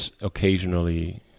occasionally